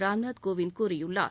ராம் நாத் கோவிந்த் கூறியுள்ளார்